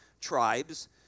tribes